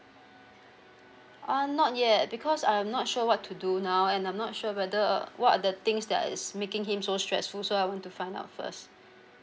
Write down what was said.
uh not yet because I'm not sure what to do now and I'm not sure whether what are the things that is making him so stressful so I want to find out first